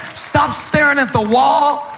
stop staring at the wall.